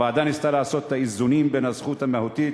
הוועדה ניסתה לעשות את האיזונים בין הזכות המהותית